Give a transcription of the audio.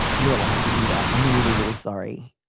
you're allowed to do that. i'm really, really sorry.